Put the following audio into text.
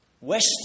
Western